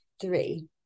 three